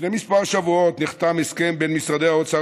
לפני כמה שבועות נחתם הסכם בין משרד האוצר